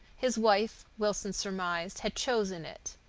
his wife, wilson surmised, had chosen it.